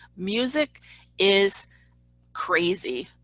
music is crazy.